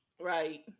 Right